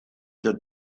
your